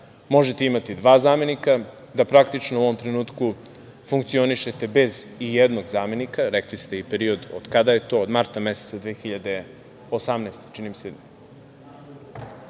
možete imati dva zamenika, da praktično u ovom trenutku funkcionišete bez ijednog zamenika, rekli ste i period od kada je to, od marta meseca 2018. godine,